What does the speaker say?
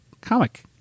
comic